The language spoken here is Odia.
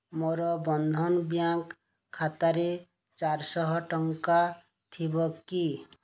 ମୋର ବନ୍ଧନ ବ୍ୟାଙ୍କ୍ ଖାତାରେ ଚାରିଶହ ଟଙ୍କା ଥିବ କି